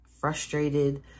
frustrated